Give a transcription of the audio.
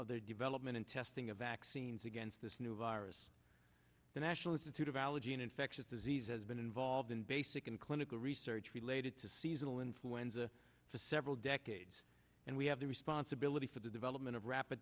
of their development and testing of vaccines against this new virus the national institute of allergy and infectious diseases been involved in basic and clinical research related to seasonal influenza to several decades and we have the responsibility for the development of rapid